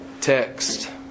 text